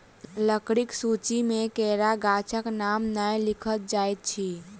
लकड़ीक सूची मे केरा गाछक नाम नै लिखल जाइत अछि